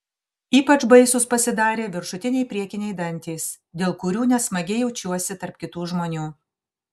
ypač baisūs pasidarė viršutiniai priekiniai dantys dėl kurių nesmagiai jaučiuosi tarp kitų žmonių